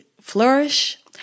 flourish